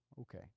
Okay